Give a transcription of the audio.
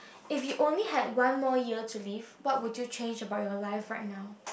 if you only had one more year to live what would you change about your life right now